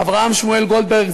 אברהם שמואל גולדברג,